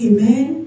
Amen